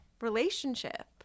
relationship